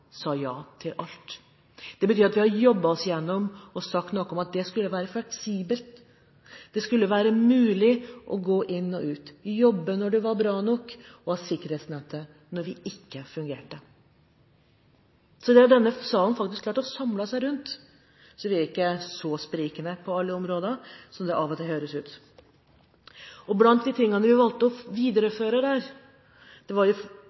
sa ja til alt. Det betyr at vi har jobbet oss gjennom og sagt noe om at det skulle være fleksibelt. Det skulle være mulig å gå inn og ut: Man jobber når man er bra nok og har sikkerhetsnettet når man ikke fungerer. Det har denne salen faktisk klart å samle seg rundt, så vi er ikke så sprikende på alle områder som det av og til høres ut. Blant de tingene vi valgte å videreføre, var først og fremst dette at det var